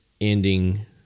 ending